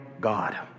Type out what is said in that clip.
God